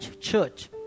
church